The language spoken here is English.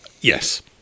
Yes